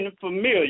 familiar